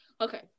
Okay